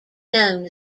known